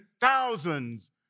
thousands